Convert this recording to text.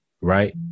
Right